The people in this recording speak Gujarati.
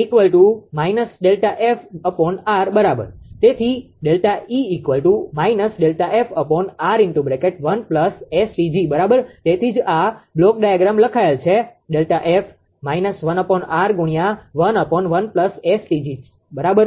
−ΔFR બરાબર તેથી બરાબર તેથી જ આ બ્લોક ડાયાગ્રામ લખાયેલ છે ΔF −1𝑅 ગુણ્યા 11 𝑆𝑇𝑔 બરાબર